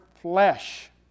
Flesh